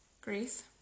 grief